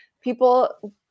people